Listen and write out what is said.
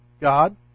God